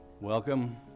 Welcome